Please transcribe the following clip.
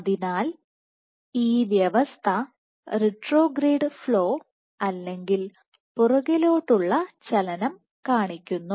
അതിനാൽ വ്യവസ്ഥ retrograde flow അല്ലെങ്കിൽ പുറകിലോട്ടുള്ള ചലനം കാണിക്കുന്നു